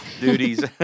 Duties